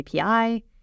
api